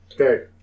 Okay